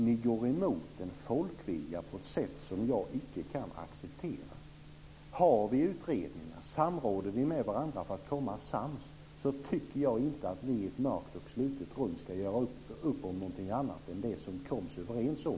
Ni går emot folkviljan på ett sätt som jag icke kan acceptera. Om vi har utredningar och om vi samråder med varandra för att komma sams, tycker jag inte att ni i ett mörkt och slutet rum ska göra upp om någonting annat än det som vi kommit överens om.